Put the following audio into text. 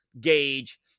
gauge